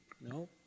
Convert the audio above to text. No